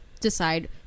decide